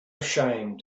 ashamed